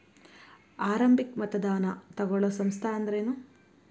ಆರಂಭಿಕ್ ಮತದಾನಾ ತಗೋಳೋ ಸಂಸ್ಥಾ ಅಂದ್ರೇನು?